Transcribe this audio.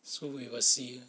so we will see